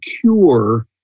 cure